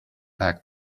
back